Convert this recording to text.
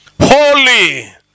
Holy